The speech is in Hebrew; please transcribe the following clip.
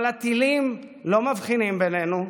אבל הטילים לא מבחינים בינינו,